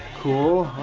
cool.